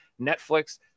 Netflix